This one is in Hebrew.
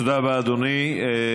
תודה רבה, אדוני.